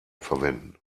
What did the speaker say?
verwenden